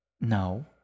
No